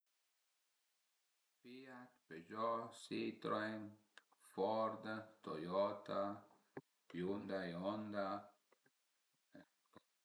FIAT, Peugeot, Citroen, Ford, Toyota, Hyundai, Honda